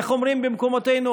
איך אומרים במקומותינו?